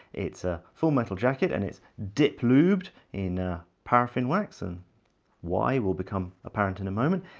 it's a full metal jacket, and it's dip-lubed in paraffin wax, and why will become apparent in a moment.